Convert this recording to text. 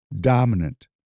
dominant